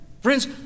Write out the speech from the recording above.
Friends